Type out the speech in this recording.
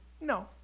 No